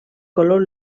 color